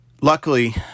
luckily